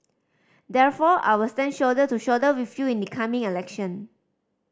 therefore I will stand shoulder to shoulder with you in the coming election